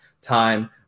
time